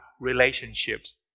relationships